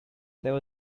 there